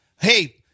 Hey